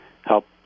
help